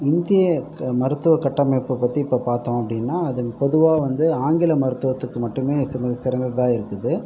இந்திய மருத்துவ கட்டமைப்பு பற்றி இப்போ பார்த்தோம் அப்படின்னா அதன் பொதுவாக வந்து ஆங்கில மருத்துவத்துக்கு மட்டுமே சிறந் சிறந்ததாக இருக்குது